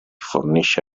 fornisce